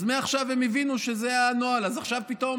אז מעכשיו הם הבינו שזה הנוהל, אז עכשיו פתאום